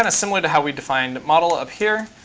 and similar to how we defined model up here,